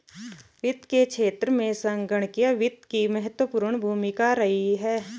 वित्त के क्षेत्र में संगणकीय वित्त की महत्वपूर्ण भूमिका भी रही है